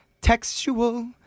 textual